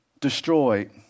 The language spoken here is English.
destroyed